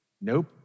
Nope